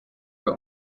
uko